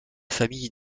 famille